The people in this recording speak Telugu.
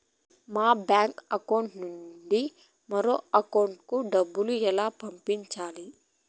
మా బ్యాంకు అకౌంట్ నుండి మరొక అకౌంట్ కు డబ్బును ఎలా పంపించాలి